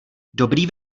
dobrý